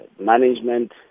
management